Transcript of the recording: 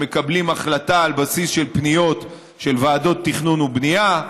שמקבלים החלטה על בסיס של פניות של ועדות תכנון ובנייה,